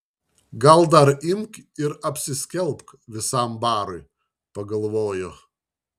gal dar imk ir apsiskelbk visam barui pagalvojo